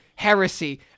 Heresy